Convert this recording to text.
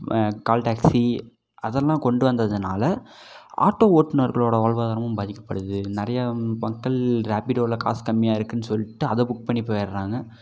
call taxi அதெல்லாம் கொண்டு வந்ததனால ஆட்டோ ஓட்டுநர்களோட வாழ்வாதாரமும் பாதிக்கப்படுது நிறைய மக்கள் ராபிடோவில் காசு கம்மியாக இருக்குன்னு சொல்லிட்டு அதை புக் பண்ணி போய்ட்றாங்க